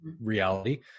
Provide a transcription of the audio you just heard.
reality